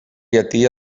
llatí